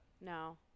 No